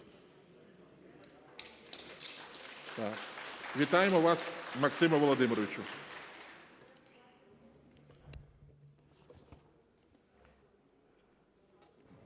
Вітаємо вас, Максиме Володимировичу.